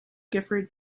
gifford